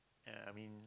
uh I mean